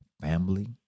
family